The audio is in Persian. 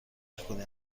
نکنید